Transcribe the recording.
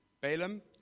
Balaam